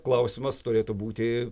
klausimas turėtų būti